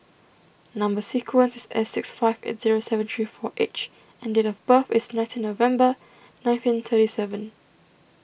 Number Sequence is S six five eight zero seven three four H and date of birth is nineteen November nineteen thirty seven